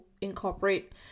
incorporate